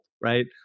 Right